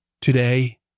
today